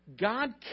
God